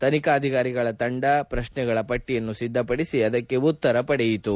ತನಿಖಾಧಿಕಾರಿಗಳ ತಂಡ ಪ್ರಶ್ನೆಗಳ ಪಟ್ಟಿಯನ್ನು ಸಿದ್ದಪಡಿಸಿ ಅದಕ್ಕೆ ಉತ್ತರ ಪಡೆಯಿತು